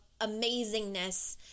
amazingness